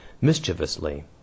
mischievously